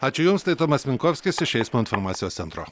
ačiū jums tai tomas minkovskis iš eismo informacijos centro